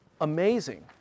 amazing